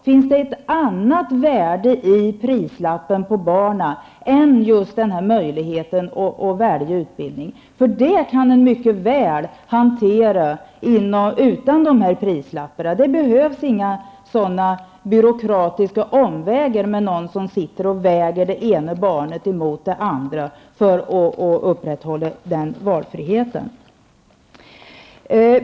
Finns det något annat värde i prislappen på barnen än just möjligheten att välja utbildning? Den frågan kan man nämligen mycket väl hantera utan prislappar. Det behövs ingen byråkratisk omgång, där någon skall sitta och väga det ena barnet mot det andra, för att valfriheten skall kunna upprätthållas.